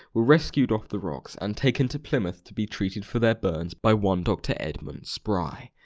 were rescued off the rocks and taken to plymouth to be treated for their burns by one doctor edmund spry.